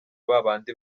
babandi